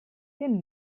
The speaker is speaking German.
den